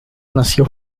nació